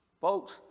Folks